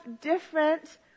different